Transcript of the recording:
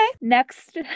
Next